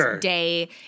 day